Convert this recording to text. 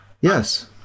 yes